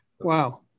Wow